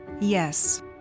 Yes